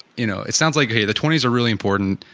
you know, it sounds like, hey, the twenty s are really important,